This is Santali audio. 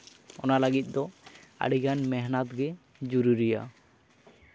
ᱚᱱᱟ ᱞᱟᱹᱜᱤᱫ ᱫᱚ ᱟᱹᱰᱤᱜᱟᱱ ᱢᱮᱦᱱᱚᱛ ᱜᱮ ᱡᱩᱨᱩᱨᱤᱭᱟ